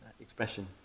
expression